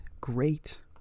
great